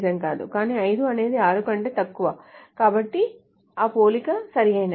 కానీ 5 అనేది 6 కంటే తక్కువ కాబట్టి ఆ పోలిక సరియైనది